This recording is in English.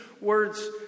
words